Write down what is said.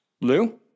Lou